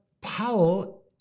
Powell